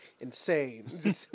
insane